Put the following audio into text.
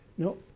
No